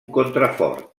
contrafort